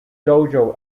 dojo